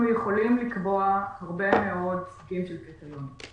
אנחנו יכולים לקבוע הרבה מאוד סוגים של קריטריונים.